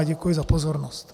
Děkuji za pozornost.